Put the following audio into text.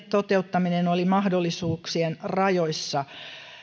toteuttaminen oli mahdollisuuksien rajoissa